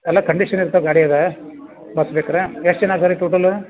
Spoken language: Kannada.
ಎಲ್ಲ ಕಂಡೀಷನ್ ಇರ್ತವೆ ಗಾಡ್ಯಾಗೆ ಬಸ್ ಬೇಕ್ರೀ ಎಷ್ಟು ಜನ ಇದಾರ್ ರೀ ಟೋಟಲ್ಲು